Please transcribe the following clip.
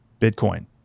Bitcoin